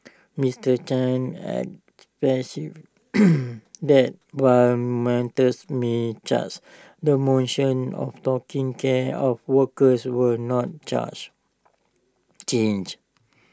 Mister chan that while menter may charge the mission of taking care of workers will not charge change